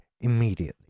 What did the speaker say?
immediately